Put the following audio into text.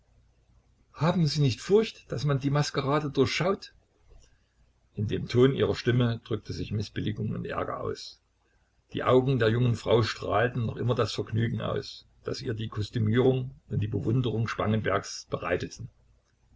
haben sie nicht furcht daß man die maskerade durchschaut in dem ton ihrer stimme drückten sich mißbilligung und ärger aus die augen der jungen frau strahlten noch immer das vergnügen aus das ihr die kostümierung und die bewunderung spangenbergs bereiteten